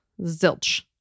zilch